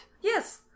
Yes